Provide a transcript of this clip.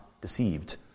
deceived